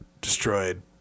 destroyed